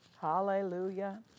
Hallelujah